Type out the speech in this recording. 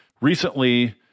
recently